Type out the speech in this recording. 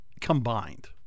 combined